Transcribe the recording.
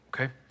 okay